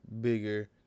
bigger